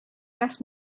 ask